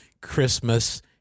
Christmas